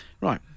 Right